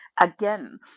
Again